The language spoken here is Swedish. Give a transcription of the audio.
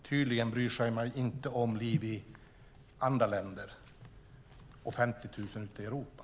Tydligen bryr man sig inte om liv i andra länder och 50 000 i Europa.